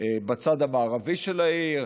בצד המערבי של העיר,